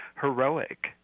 heroic